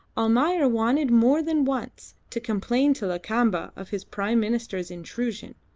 almayer wanted more than once to complain to lakamba of his prime minister's intrusion,